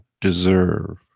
deserve